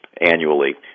annually